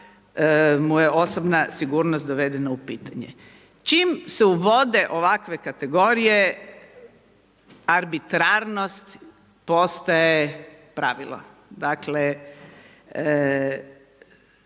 mu je osobna sigurnost dovedena u pitanje? Čim se uvode ovakve kategorije arbitrarnost postaje pravilo. Dakle,